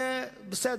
זה בסדר,